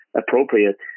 appropriate